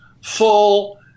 full